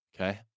Okay